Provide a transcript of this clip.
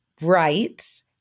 rights